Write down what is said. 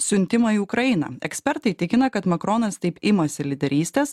siuntimą į ukrainą ekspertai tikina kad makronas taip imasi lyderystės